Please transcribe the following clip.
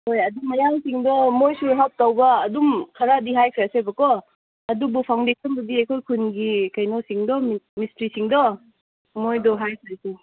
ꯍꯣꯏ ꯑꯗꯨ ꯃꯌꯥꯡꯁꯤꯡꯗꯣ ꯃꯣꯏꯁꯨ ꯍꯥꯜꯞ ꯇꯧꯕ ꯑꯗꯨꯝ ꯈꯔꯗꯤ ꯍꯥꯏꯈ꯭ꯔꯁꯦꯕꯀꯣ ꯑꯗꯨꯕꯨ ꯐꯥꯎꯟꯁꯦꯁꯟꯗꯨꯗꯤ ꯑꯩꯈꯣꯏ ꯈꯨꯟꯒꯤ ꯀꯩꯅꯣꯁꯤꯡꯗꯣ ꯃꯤꯁꯇ꯭ꯔꯤꯁꯤꯡꯗꯣ ꯃꯣꯏꯗꯣ ꯍꯥꯏꯈ꯭ꯔꯁꯤ